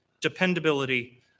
dependability